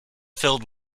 filled